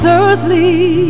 earthly